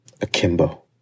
Akimbo